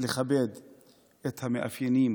לכבד את המאפיינים